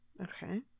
Okay